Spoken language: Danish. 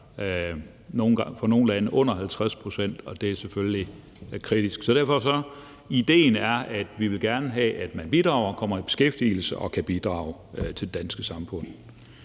at den ligger under 50 pct., og det er selvfølgelig kritisk. Derfor er idéen, at vi gerne vil have, at man kommer i beskæftigelse og kan bidrage til det danske samfund.